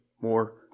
more